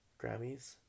Grammys